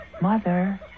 Mother